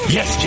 Yes